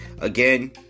again